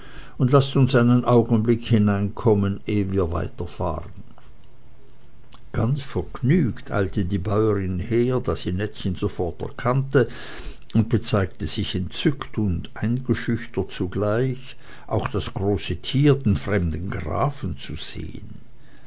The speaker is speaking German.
und laßt uns einen augenblick hineinkommen ehe wir weiterfahren gar vergnügt eilte die bäuerin her da sie nettchen sofort erkannte und bezeigte sich entzückt und eingeschüchtert zugleich auch das große tier den fremden grafen zu sehen